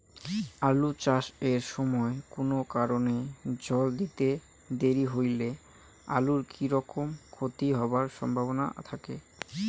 আলু চাষ এর সময় কুনো কারণে জল দিতে দেরি হইলে আলুর কি রকম ক্ষতি হবার সম্ভবনা থাকে?